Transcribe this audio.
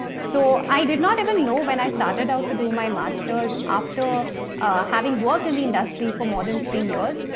so i did not even know, when i started out to do my master's, after having worked in the industry for more than three years,